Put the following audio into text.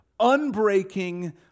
unbreaking